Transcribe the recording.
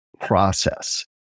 process